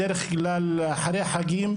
בדרך כלל אחרי החגים,